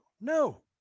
No